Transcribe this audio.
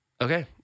Okay